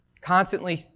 constantly